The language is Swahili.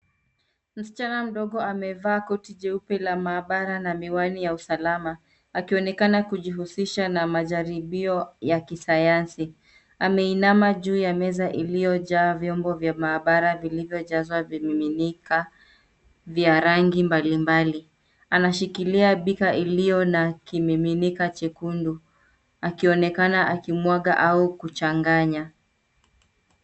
Msichana mdogo amevaa koti jeupe la maabara na miwani ya usalama, akionekana kujihusisha na majaribio ya Kisayansi. Ameinama juu ya meza iliyojaa vyombo vya maabara vilivyojazwa vimiminika vya rangi mbali mbali. Anashikilia beaker iliyo na kimiminika chekundu, akionekana akimwaga au kuchanganya.